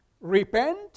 Repent